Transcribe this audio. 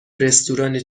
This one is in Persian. رستوران